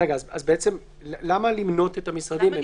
למה למנות את המשרדים?